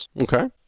Okay